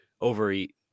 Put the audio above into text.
overeat